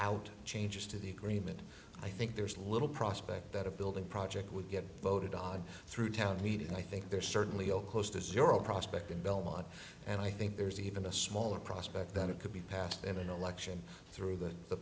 out changes to the agreement i think there's little prospect that a building project would get voted on through town meeting i think there certainly are close to zero prospect in belmont and i think there's even a smaller prospect that it could be passed in an election through that the